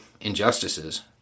injustices